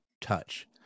touch